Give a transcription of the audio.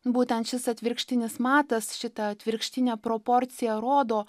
būtent šis atvirkštinis matas šita atvirkštinė proporcija rodo